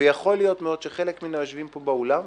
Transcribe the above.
ויכול מאוד להיות שחלק מן היושבים פה באולם,